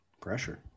pressure